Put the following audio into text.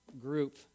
group